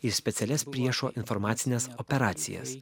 ir specialias priešo informacines operacijas